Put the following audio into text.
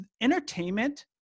entertainment